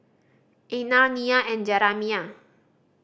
Einar Nia and Jeramiah